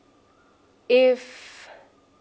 if